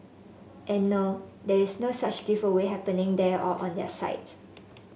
and no there is no such giveaway happening there or on their site